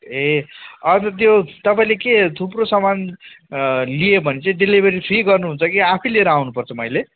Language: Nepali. ए अन्त त्यो तपाईँले के थुप्रो सामान लियो भने चाहिँ डेलिभरी फ्री गर्नुहुन्छ कि आफै लिएर आउनुपर्छ मैले